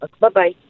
Bye-bye